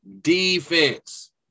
Defense